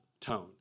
tone